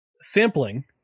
sampling